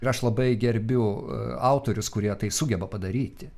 ir aš labai gerbiu autorius kurie tai sugeba padaryti